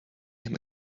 him